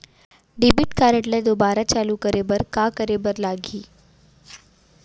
Debit card ला दोबारा चालू करे बर का करे बर लागही?